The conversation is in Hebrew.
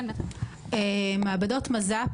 מעבדות מז"פ,